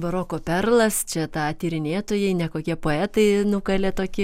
baroko perlas čia tą tyrinėtojai nekokie poetai nukalė tokį